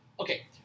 Okay